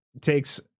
takes